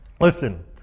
listen